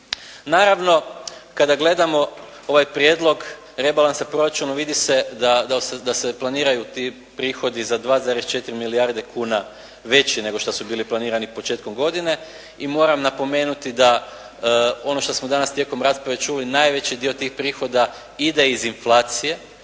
Naravno, kada gledamo ovaj prijedlog rebalansa proračuna vidi se da se planiraju tih prihodi za 2,4 milijarde kuna veći nego što su bili planirani početkom godine. I moram napomenuti da ono što smo danas tijekom rasprave čuli, najveći dio tih prihoda ide iz inflacije,